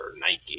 Nike